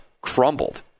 crumbled